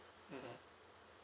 mm